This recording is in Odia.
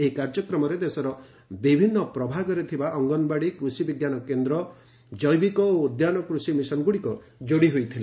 ଏହି କାର୍ଯ୍ୟକ୍ରମରେ ଦେଶର ବିଭିନ୍ନ ଭାଗରେ ଥିବା ଅଙ୍ଗନବାଡ଼ି କୃଷିବିଜ୍ଞାନ କେନ୍ଦ୍ର ଜେବିକ ଓ ଉଦ୍ୟାନ କୃଷି ମିଶନଗୁଡ଼ିକ ଯୋଡ଼ି ହୋଇଥିଲେ